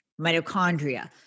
mitochondria